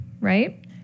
right